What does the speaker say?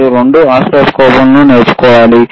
మీరు రెండు ఓసిల్లోస్కోప్లను నేర్చుకోవాలి